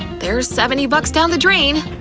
there's seventy bucks down the drain.